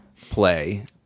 play